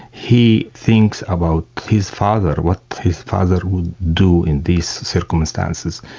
he thinks about his father, what his father would do in these circumstances.